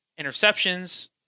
interceptions